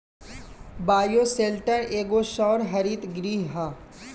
bioshelter एगो सौर हरित गृह ह